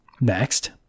next